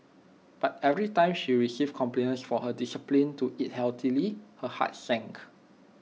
but every time she received compliments for her discipline to eat healthily her heart sank